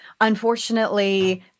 unfortunately